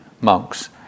monks